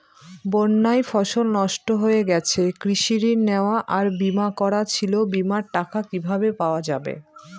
বন্যায় ফসল নষ্ট হয়ে গেছে কৃষি ঋণ নেওয়া আর বিমা করা ছিল বিমার টাকা কিভাবে পাওয়া যাবে?